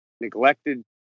neglected